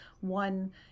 one